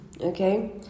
okay